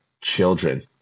children